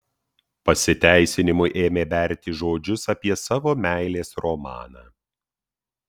pasiteisinimui ėmė berti žodžius apie savo meilės romaną